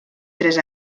tres